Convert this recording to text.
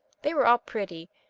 they were all pretty,